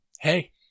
Hey